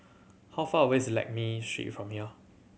how far away is Lakme Street from here